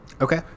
Okay